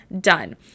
done